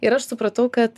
ir aš supratau kad